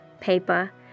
paper